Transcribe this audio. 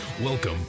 Welcome